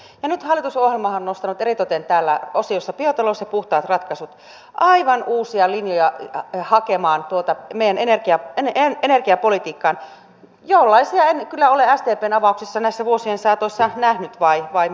ja nyt hallitusohjelmahan on nostanut eritoten täällä osiossa biotalous ja puhtaat ratkaisut meidän energiapolitiikkaan haettavaksi aivan uusia linjoja hakemaan tuota niin energia mikä jollaisia en kyllä ole sdpn avauksissa näiden vuosien saatossa nähnyt vai mitä häh